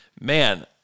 man